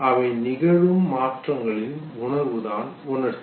அவை நிகழும் மாற்றங்களின் உணர்வுதான் உணர்ச்சி